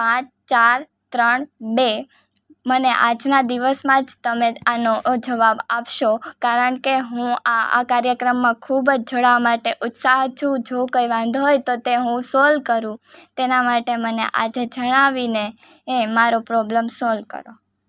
પાંચ ચાર ત્રણ બે મને આજના દિવસમાં જ તમે આનો જવાબ આપશો કારણ કે હું આ આ કાર્યક્રમમાં ખૂબ જ જોડાવવા માટે ઉત્સાહ છું જો કાંઇ વાંધો હોય તો તે હું સોલ કરું તેના માટે મને આજે જણાવીને એ મારો પ્રોબલમ સોલ કરો